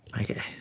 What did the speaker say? Okay